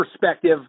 perspective